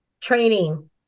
training